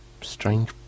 strange